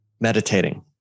Meditating